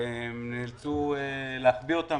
שכנים מוסלמים נאלצו להחביא אותם,